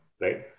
right